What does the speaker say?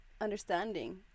understanding